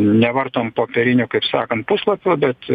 nevartom popierinio kaip sakant puslapio bet